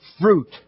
fruit